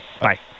Bye